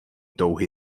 touhy